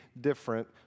different